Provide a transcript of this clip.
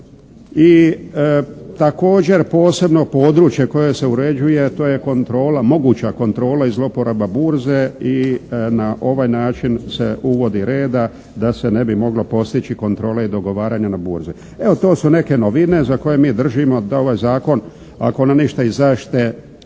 I također posebno područje koje se uređuje, a to je kontrola, moguća kontrola i zloporaba burze. I na ovaj način se uvodi reda da se ne bi moglo postići kontrola i dogovaranja na burzi. Evo to su neke novine za koje mi držimo da ovaj zakon ako na ništa iz